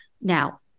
Now